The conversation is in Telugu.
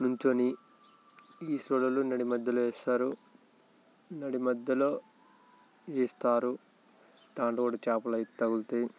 నించొని ఈ సొడలో నడి మధ్యలో వేస్తారు నడి మధ్యలో వేస్తారు దాంట్లో కూడా చేపలు అయితే తగులుతాయి